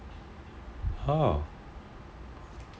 oh